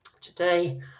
Today